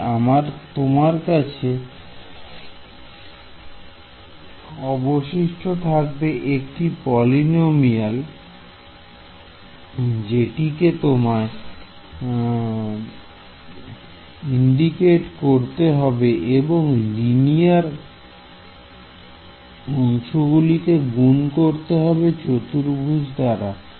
তাই তোমার কাছে অবশিষ্ট থাকল একটি পলিনোমিয়াল যেটিকে তোমায় ইন্ডিকেট করতে হবে এবং লিনিয়ার অংশগুলিকে গুন করতে হবে চতুর্ভুজ দাঁড়া